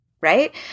right